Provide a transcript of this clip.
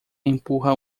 empurra